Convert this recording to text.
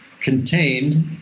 contained